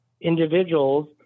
individuals